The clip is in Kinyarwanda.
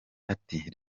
ati